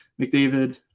McDavid